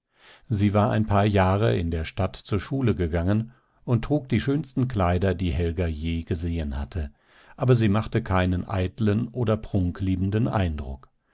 sie war ein paar jahre in der stadt zur schule gegangen und trug die schönsten kleider die helga je gesehen hatte aber sie machte keinen eiteln oder prunkliebenden eindruck